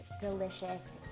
delicious